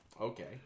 Okay